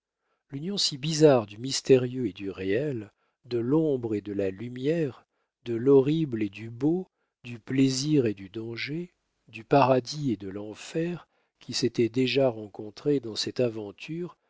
l'union si bizarre du mystérieux et du réel de l'ombre et de la lumière de l'horrible et du beau du plaisir et du danger du paradis et de l'enfer qui s'était déjà rencontrée dans cette aventure